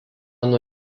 nuo